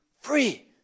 free